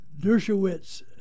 Dershowitz